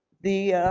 the